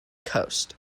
coast